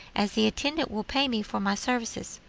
as the intendant will pay me for my services.